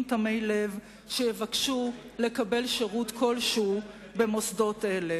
תמי לב שיבקשו לקבל שירות כלשהו במוסדות אלה.